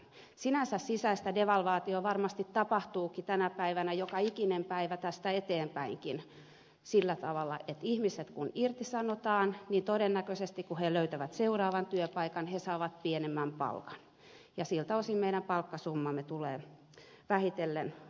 sinänsä sisäistä devalvaatiota varmasti tapahtuukin tänä päivänä joka ikinen päivä tästä eteenpäinkin sillä tavalla että kun ihmiset irtisanotaan niin todennäköisesti kun he löytävät seuraavan työpaikan he saavat pienemmän palkan ja siltä osin meidän palkkasummamme tulee vähitellen laskemaan